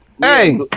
hey